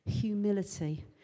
Humility